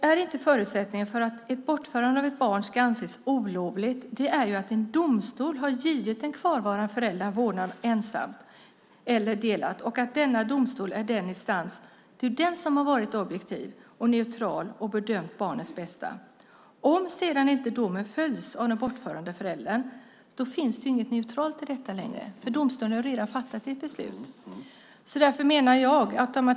Är inte förutsättningen för att ett bortförande av barn ska anses olovligt att en domstol har givit den kvarvarande föräldern ensam eller delad vårdnad och att denna domstol är den instans som har varit objektiv och neutral och bedömt barnets bästa? Om sedan domen inte följs av den bortförande föräldern finns det inget neutralt i detta längre. Domstolen har redan fattat sitt beslut.